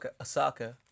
Osaka